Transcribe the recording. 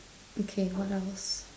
okay what else